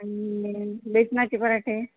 आणि नेन बेसनाचे पराठे